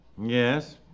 Yes